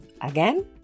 again